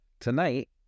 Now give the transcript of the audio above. tonight